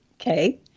Okay